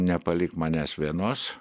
nepalik manęs vienos